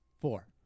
four